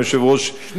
2 מיליארד.